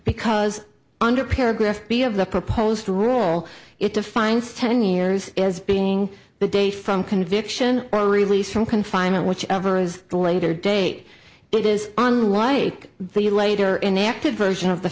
because under paragraph b of the proposed rule it defines ten years as being the day from conviction or release from confinement whichever is the later date it is unlike the later inactive version of the